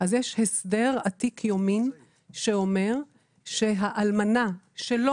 אז יש הסדר עתיק יומין שאומר שהאלמנה שלא